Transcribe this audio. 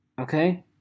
okay